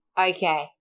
Okay